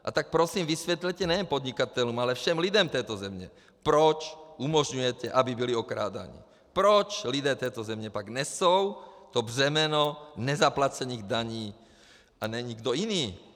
A tak prosím vysvětlete nejen podnikatelům, ale všem lidem této země, proč umožňujete, aby byli okrádáni, proč lidé této země pak nesou to břemeno nezaplacených daní, a ne nikdo jiný.